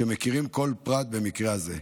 שמכירים כל פרט במקרה הזה.